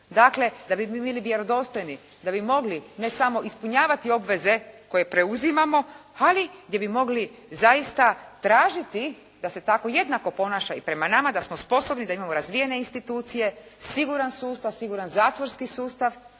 Dakle, da bi mi bili vjerodostojni, da bi mogli ne samo ispunjavati obveze koje preuzimamo, ali gdje bi mogli zaista tražiti da se tako jednako ponaša i prema nama, da smo sposobni, da imamo razvijene institucije, siguran sustav, siguran zatvorski sustav.